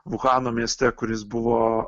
uhano mieste kuris buvo